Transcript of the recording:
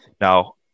Now